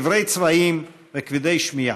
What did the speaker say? עיוורי צבעים וכבדי שמיעה.